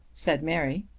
said mary.